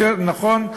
יותר נכון,